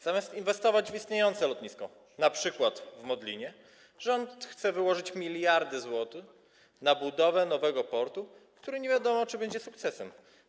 Zamiast inwestować w istniejące lotnisko, np. w Modlinie, rząd chce wyłożyć miliardy złotych na budowę nowego portu, który nie wiadomo, czy będzie sukcesem.